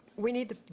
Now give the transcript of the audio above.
we need the.